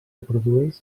reprodueix